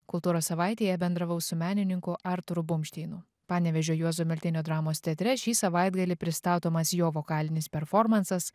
kultūros savaitėje bendravau su menininku arturu bumšteinu panevėžio juozo miltinio dramos teatre šį savaitgalį pristatomas jo vokalinis performansas